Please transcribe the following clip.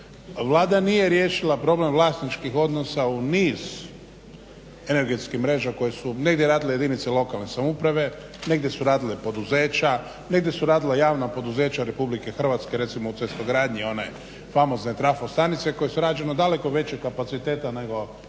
Vlada nije riješila problem vlasničkih odnosa u niz energetskih mreža koje su negdje radile jedinice lokalne samouprave, negdje su radila poduzeća, negdje su radila javna poduzeća RH recimo u cestogradnji one famozne trafostanice koje su rađene daleko većeg kapaciteta nego